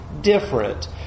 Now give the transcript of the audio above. different